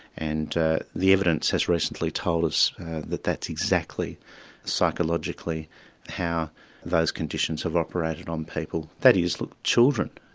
and the evidence has recently told us that that's exactly psychologically how those conditions have operated on people. that is, children,